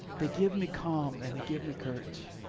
they give me calm and they give me courage.